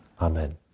Amen